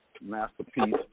masterpiece